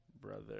Brother